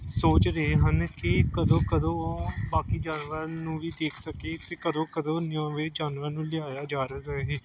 ਸੋਚ ਰਹੇ ਹਨ ਕਿ ਕਦੋਂ ਕਦੋਂ ਬਾਕੀ ਜਾਨਵਰਾਂ ਨੂੰ ਵੀ ਦੇਖ ਸਕੀਏ ਅਤੇ ਕਦੋਂ ਕਦੋਂ ਨਵੇਂ ਜਾਨਵਰਾਂ ਨੂੰ ਲਿਆਇਆ ਜਾ ਰਿਹਾ